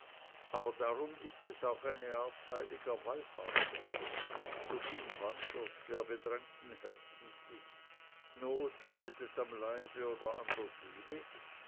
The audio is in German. aber darum ist es auch eine art heiliger wallfahrtsort wohin wandert wer bedrängten herzens ist not leidet am leibe oder an der seele